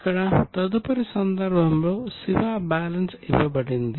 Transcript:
ఇక్కడ తదుపరి సందర్భంలో శివ బ్యాలెన్స్ ఇవ్వబడింది